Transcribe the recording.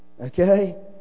Okay